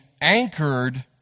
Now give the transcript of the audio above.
anchored